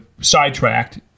sidetracked